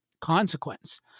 consequence